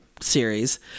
series